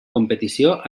competició